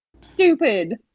Stupid